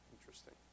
Interesting